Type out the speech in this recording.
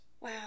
Wow